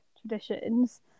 traditions